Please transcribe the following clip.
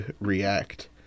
react